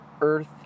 earth